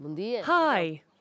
Hi